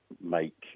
make